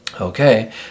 Okay